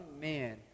man